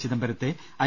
ചിദംബരത്തെ ഐ